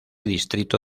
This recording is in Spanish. distrito